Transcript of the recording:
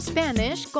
Spanish